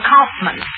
Kaufman